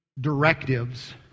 directives